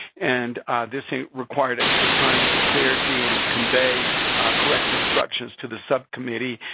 and this required extra time to get clarity and convey correct instructions to the subcommittee.